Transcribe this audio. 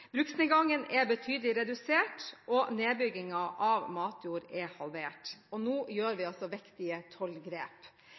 bruksnedgangen er betydelig redusert, nedbyggingen av matjord er halvert, og nå gjør vi